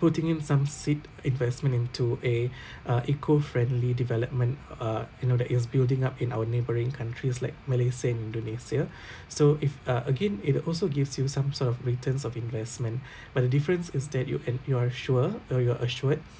putting in some seed investment into a a eco-friendly development uh you know that is building up in our neighbouring countries like malaysia indonesia so if uh again it also gives you some sort of returns of investment but the difference is that you and you are sure uh you are assured